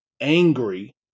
angry